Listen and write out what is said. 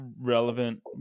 relevant